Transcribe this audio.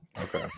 Okay